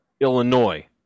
Illinois